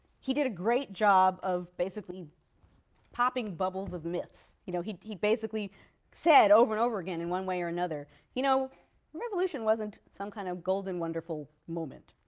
he did a great job of basically popping bubbles of myths. you know he he basically said over and over again in one way or another, you know, the revolution wasn't some kind of golden, wonderful moment